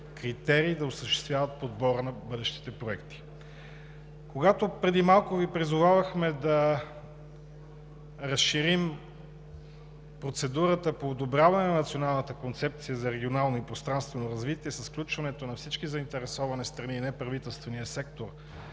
да осъществяват подбора на бъдещите проекти. Когато преди малко Ви призовавахме да разширим процедурата по одобряване на Националната концепция за регионално и пространствено развитие с включването на всички заинтересовани страни и неправителствения сектор